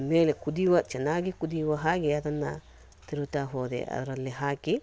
ಮೇಲೆ ಕುದಿಯುವ ಚೆನ್ನಾಗಿ ಕುದಿಯುವ ಹಾಗೆ ಅದನ್ನು ತಿರುವ್ತಾ ಹೋದೆ ಅದರಲ್ಲಿ ಹಾಕಿ